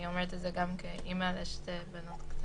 אני אומרת את זה גם כאימא לשתי בנות קטנות,